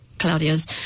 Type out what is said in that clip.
Claudia's